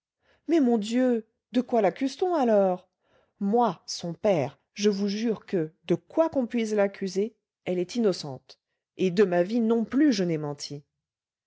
mais mon dieu de quoi laccuse t on alors moi son père je vous jure que de quoi qu'on puisse l'accuser elle est innocente et de ma vie non plus je n'ai menti